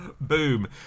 Boom